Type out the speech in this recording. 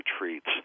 retreats